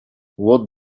what